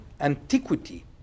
antiquity